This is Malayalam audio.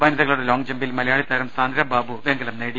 വനിതകളുടെ ലോംഗ് ജംപിൽ മലയാളി താരം സാന്ദ്ര ബാബു വെങ്കലവും നേടി